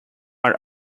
are